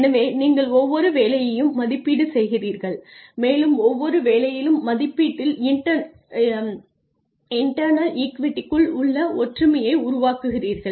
எனவே நீங்கள் ஒவ்வொரு வேலையையும் மதிப்பீடு செய்கிறீர்கள் மேலும் ஒவ்வொரு வேலையிலும் மதிப்பீட்டில் இன்டர்னல் ஈக்விட்டிக்குள் உள்ள ஒற்றுமையை உருவாக்குகிறீர்கள்